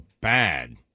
bad